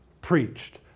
preached